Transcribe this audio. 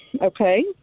Okay